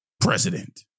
president